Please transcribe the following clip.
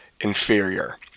inferior